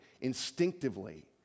instinctively